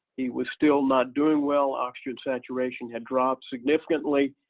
he was still not doing well. oxygen saturation had dropped significantly.